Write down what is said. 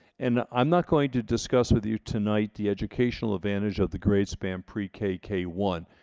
and i'm not going to discuss with you tonight the educational advantage of the grade span pre-k k k one.